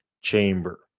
chamber